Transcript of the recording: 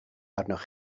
arnoch